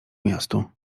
miastu